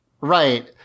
Right